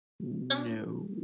No